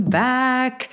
back